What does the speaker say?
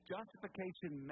Justification